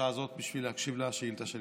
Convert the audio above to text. השעה הזאת בשביל להקשיב לשאילתה שלי,